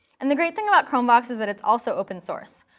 and the great thing about chromevox is that it's also open source.